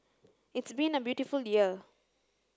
it's been a beautiful year